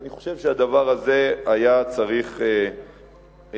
אני חושב שהדבר הזה היה צריך דווקא